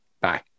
Bye